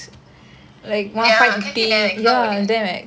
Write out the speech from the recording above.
ya cafe damn expensive not worth it